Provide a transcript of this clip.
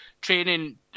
training